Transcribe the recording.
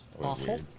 Awful